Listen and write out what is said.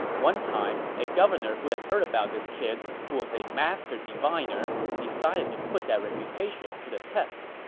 one time, a governor who had heard about this kid who was a master diviner decided to put that reputation to the test.